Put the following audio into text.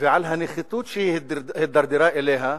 ועל הנחיתות שהיא הידרדרה אליה,